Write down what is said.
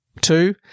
Two